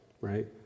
right